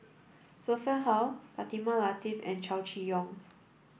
Sophia Hull Fatimah Lateef and Chow Chee Yong